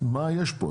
מה יש פה?